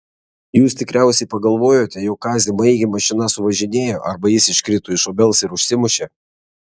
jūs tikriausiai pagalvojote jog kazį maigį mašina suvažinėjo arba jis iškrito iš obels ir užsimušė